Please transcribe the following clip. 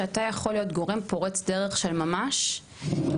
שאתה יכול להיות גורם פורץ דרך של ממש בלייצר